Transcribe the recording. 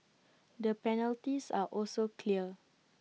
the penalties are also clear